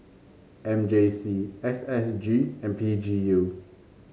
M J C S S G and P G U